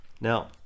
Now